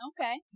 Okay